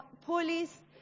police